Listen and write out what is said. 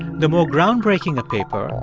the more groundbreaking a paper,